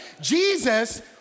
Jesus